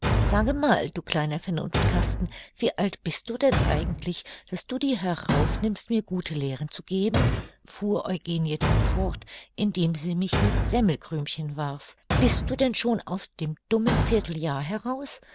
sage mal du kleiner vernunftkasten wie alt bist du denn eigentlich daß du dir heraus nimmst mir gute lehren zu geben fuhr eugenie dann fort indem sie mich mit semmelkrümchen warf bist du denn schon aus dem dummen vierteljahr heraus